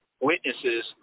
witnesses